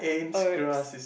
herbs